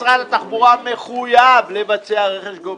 משרד התחבורה מחויב לבצע רכש גומלין.